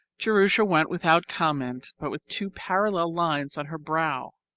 jerusha went without comment, but with two parallel lines on her brow.